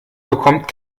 bekommt